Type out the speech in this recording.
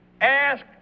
ask